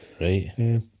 Right